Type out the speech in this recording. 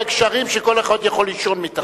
שכל אחד יכול לישון מתחתם.